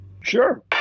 Sure